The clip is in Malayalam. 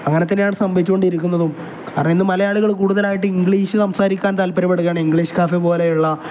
അങ്ങനെ തന്നെയാണ് സംഭവിച്ചു കൊണ്ടിരിക്കുന്നതും കാരണം ഇന്ന് മലയാളികൾ കൂടുതലായിട്ട് ഇംഗ്ലീഷ് സംസാരിക്കാൻ താല്പര്യപ്പെടുകയാണ് ഇംഗ്ലീഷ് കാഫേ പോലെയുള്ള